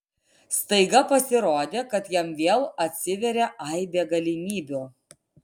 staiga pasirodė kad jam vėl atsiveria aibė galimybių